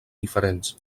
diferents